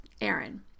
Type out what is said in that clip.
Aaron